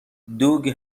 دوگ